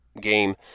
game